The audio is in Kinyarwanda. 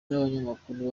n’abanyamakuru